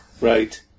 right